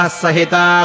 sahita